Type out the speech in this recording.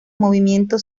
movimiento